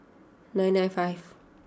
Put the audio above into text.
nine nine five